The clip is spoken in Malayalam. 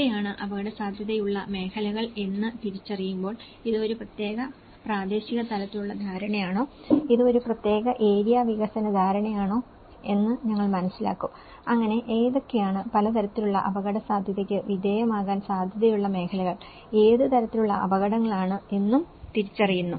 ഇവയാണ് അപകട സാധ്യതയുള്ള മേഖലകൾ എന്ന് തിരിച്ചറിയുമ്പോൾ ഇത് ഒരു പ്രാദേശിക തലത്തിലുള്ള ധാരണയാണോ ഇത് ഒരു പ്രത്യേക ഏരിയ വികസന ധാരണയാണോ എന്ന് ഞങ്ങൾ മനസ്സിലാക്കും അങ്ങനെ ഏതൊക്കെയാണ് പല തരത്തിലുള്ള അപകടസാധ്യതയ്ക്ക് വിധേയമാകാൻ സാധ്യതയുള്ള മേഖലകൾ ഏത് തരത്തിലുള്ള അപകടങ്ങളാണ് എന്നും തിരിച്ചറിയുന്നു